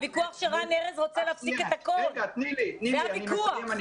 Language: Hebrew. הוויכוח שרן ארז רוצה להפסיק את הכול, זה הוויכוח.